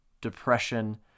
depression